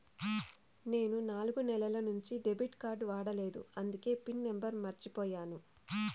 నేను నాలుగు నెలల నుంచి డెబిట్ కార్డ్ వాడలేదు అందికే పిన్ నెంబర్ మర్చిపోయాను